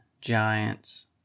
Giants